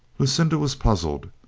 lucinda was puzzled.